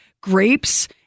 Grapes